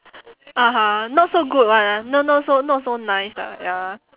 (uh huh) not so good [one] ah not not so not so nice ah ya